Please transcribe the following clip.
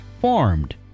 formed